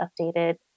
updated